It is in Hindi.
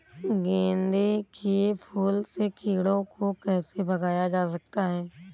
गेंदे के फूल से कीड़ों को कैसे भगाया जा सकता है?